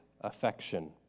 affection